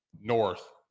North